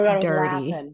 dirty